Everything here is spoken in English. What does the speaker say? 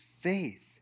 faith